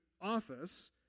office